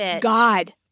God